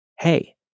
Hey